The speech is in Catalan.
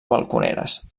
balconeres